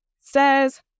Says